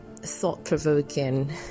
thought-provoking